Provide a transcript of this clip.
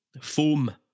foam